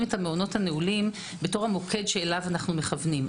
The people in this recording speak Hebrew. את המעונות הנעולים כמוקד שאליו אנו מכוונים.